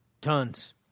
tons